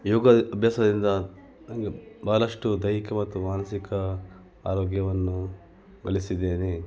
ಯೋಗ ಅಭ್ಯಾಸದಿಂದ ನನಗೆ ಬಹಳಷ್ಟು ದೈಹಿಕ ಮತ್ತು ಮಾನಸಿಕ ಆರೋಗ್ಯವನ್ನು ಗಳಿಸಿದ್ದೇನೆ